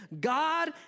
God